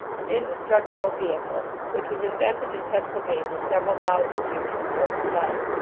an indestructible vehicle which was in vented in pennsylvania several thousand years before the flood.